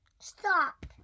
Stop